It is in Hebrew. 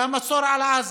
והמצור על עזה,